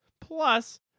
Plus